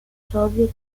soviet